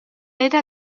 era